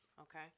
okay